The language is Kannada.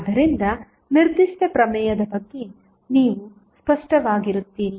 ಆದ್ದರಿಂದ ನಿರ್ದಿಷ್ಟ ಪ್ರಮೇಯದ ಬಗ್ಗೆ ನೀವು ಸ್ಪಷ್ಟವಾಗಿರುತ್ತೀರಿ